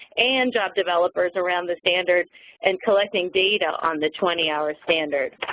and job developers around the standard and collecting data on the twenty our standard.